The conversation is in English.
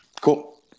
Cool